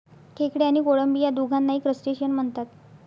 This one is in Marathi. खेकडे आणि कोळंबी या दोघांनाही क्रस्टेशियन म्हणतात